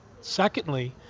Secondly